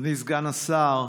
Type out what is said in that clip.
אדוני סגן השר,